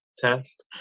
Test